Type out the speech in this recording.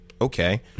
Okay